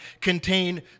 contain